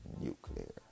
nuclear